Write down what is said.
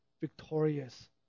victorious